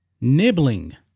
Nibbling